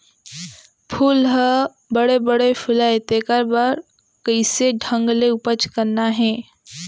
फूल ह बड़े बड़े फुलय तेकर बर कइसे ढंग ले उपज करना हे